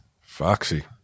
Foxy